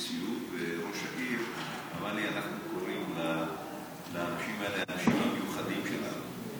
וראש העיר אמר לי: אנחנו קוראים לאנשים האלה "האנשים המיוחדים שלנו".